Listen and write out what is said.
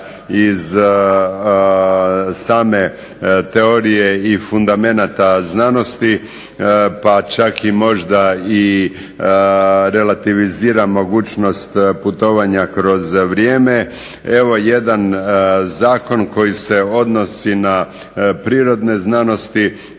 iz same teorije i fundamenata znanosti pa čak i možda i relativizira mogućnost putovanja kroz vrijeme. Evo jedan zakon koji se odnosi na prirodne znanosti.